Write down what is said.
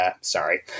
sorry